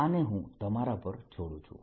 આને હું તમારા પર છોડું છું